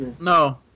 No